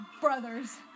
Brothers